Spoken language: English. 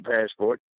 passport